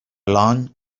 lounge